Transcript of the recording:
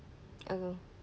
I will